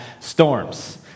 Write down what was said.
storms